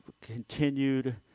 continued